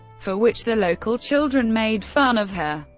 for which the local children made fun of her.